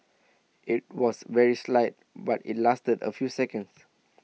IT was very slight but IT lasted A few seconds